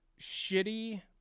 shitty –